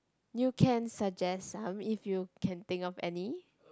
you can suggest ah w~ if you can think of any